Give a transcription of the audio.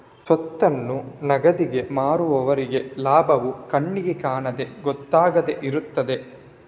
ಸ್ವತ್ತನ್ನು ನಗದಿಗೆ ಮಾರುವವರೆಗೆ ಲಾಭವು ಕಣ್ಣಿಗೆ ಕಾಣದೆ ಗೊತ್ತಾಗದೆ ಇರ್ತದೆ